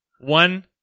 One